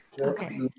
Okay